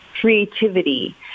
creativity